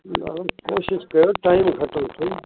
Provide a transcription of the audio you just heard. जी दादा ऐं